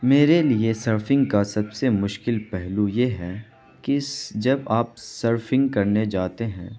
میرے لیے سرفنگ کا سب سے مشکل پہلو یہ ہے کہ جب آپ سرفنگ کرنے جاتے ہیں